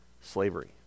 slavery